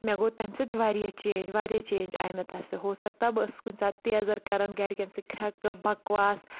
مےٚ گوٚو تَمہِ سۭتۍ واریاہ چینٛج واریاہ چینٛج آیہِ مےٚ تَس سۭتۍ ہوسَکتا بہٕ ٲسٕس کُنہِ ساتہٕ تیزَر کَران گَرِکؠن سۭتۍ کھرٛؠکہٕ بَکواس